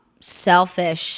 selfish